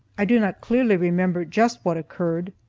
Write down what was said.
i do not clearly remember just what occurred,